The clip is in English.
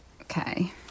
Okay